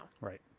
right